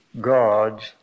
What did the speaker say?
God's